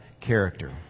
character